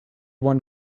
won